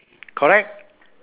correct